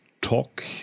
talk